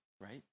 right